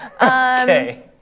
okay